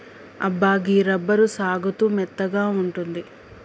అబ్బా గీ రబ్బరు సాగుతూ మెత్తగా ఉంటుంది